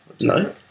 No